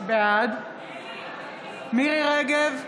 בעד מירי מרים רגב,